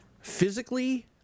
Physically